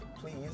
please